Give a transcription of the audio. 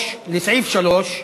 הסתייגות 3 לסעיף 3,